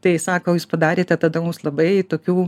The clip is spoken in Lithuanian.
tai sako jūs padarėte tada mums labai tokių